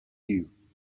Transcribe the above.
you